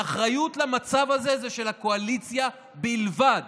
האחריות למצב הזה היא של הקואליציה בלבד,